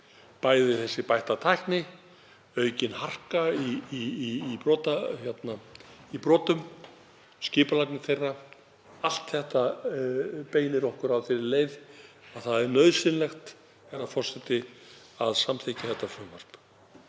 að þessi bætta tækni, aukin harka í brotum, skipulagning þeirra, allt þetta beini okkur að þeirri leið að það er nauðsynlegt að samþykkja þetta frumvarp.